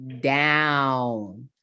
down